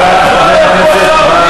שר בכיר בממשלה,